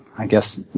i guess,